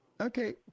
Okay